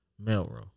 Melrose